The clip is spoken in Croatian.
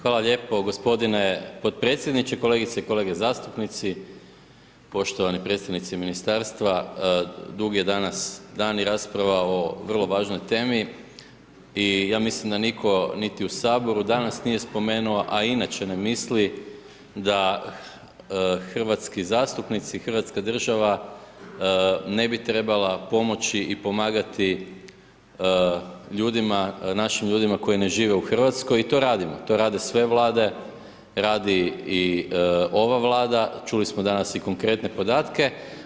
Hvala lijepo gospodine podpredsjedniče, kolegice i kolege zastupnici, poštovani predstavnici ministarstva, dug je danas dan i rasprava o vrlo važnoj temi i ja mislim da nitko niti u saboru danas nije spomenuo, a i inače ne misli da hrvatski zastupnici i Hrvatska država ne bi trebala pomoći i pomagati ljudima, našim ljudima koji ne žive u Hrvatskoj i to radimo, to rade sve vlade, radi i ova Vlada, čuli smo danas i konkretne podatke.